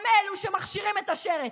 הם אלו שמכשירים את השרץ.